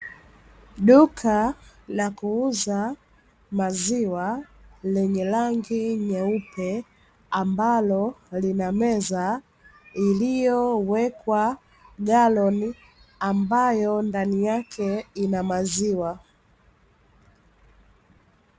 Duka la kuuza maziwa lenye rangi nyeupe, ambalo lina meza iliyowekwa galoni ambayo ndani yake ina maziwa.